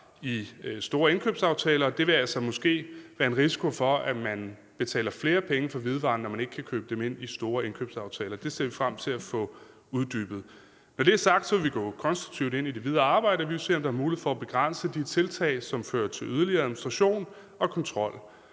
store indkøbsaftaler, og det vil måske give en risiko for, at man betaler flere penge for hvidevarer, når man ikke kan indkøbe dem gennem store indkøbsaftaler. Det ser vi frem til at få uddybet. Når det er sagt, vil vi gå konstruktivt ind i det videre arbejde. Vi vil se, om der er mulighed for at begrænse de tiltag, som fører til yderligere administration og kontrol.